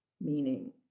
meaning